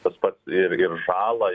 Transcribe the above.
tas pats ir ir žalą